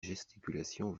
gesticulations